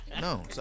No